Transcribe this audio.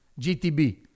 GTB